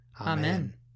Amen